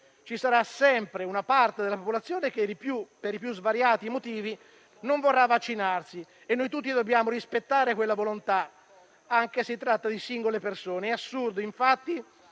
Ci sarà sempre una parte della popolazione che, per i più svariati motivi, non vorrà vaccinarsi e noi tutti dobbiamo rispettare quella volontà, anche se si tratta di singole persone. È assurdo introdurre